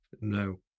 No